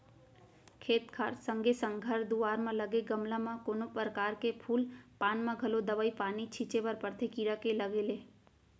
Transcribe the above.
खेत खार संगे संग घर दुवार म लगे गमला म कोनो परकार के फूल पान म घलौ दवई पानी छींचे बर परथे कीरा के लगे ले